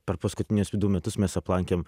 per paskutinius du metus mes aplankėm